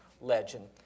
legend